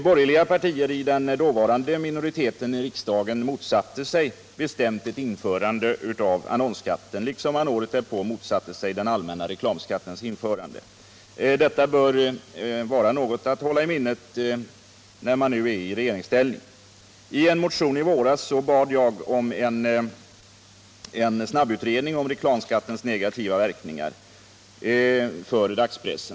Borgerliga partier i den dåvarande minoriteten i riksdagen motsatte sig bestämt ett införande av annonsskatten, liksom de året därpå motsatte sig den allmänna reklamskattens införande. Detta bör vara något att hålla i minnet, när man nu är i regeringsställning. I en motion i våras, 1976/77:1027, hemställde jag om en snabbutredning rörande reklamskattens negativa verkningar för dagspressen.